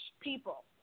people